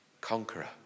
Conqueror